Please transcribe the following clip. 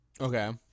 Okay